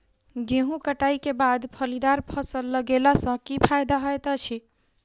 गेंहूँ कटाई केँ बाद फलीदार फसल लगेला सँ की फायदा हएत अछि?